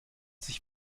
sich